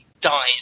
dies